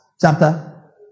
chapter